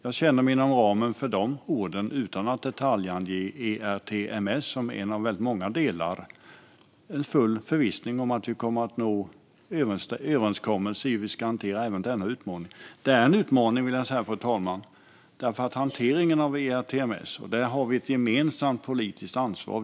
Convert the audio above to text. Jag känner inom ramen för de orden, utan att i detalj ange ERTMS som en av väldigt många delar, full förvissning om att vi kommer att nå överenskommelse i hur vi ska hantera denna utmaning - för det är en utmaning, fru talman. När det gäller hanteringen av ERTMS har vi ett gemensamt politiskt ansvar.